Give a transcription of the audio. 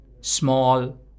small